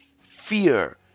fear